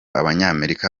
abanyamerika